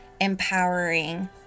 empowering